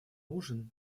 нужен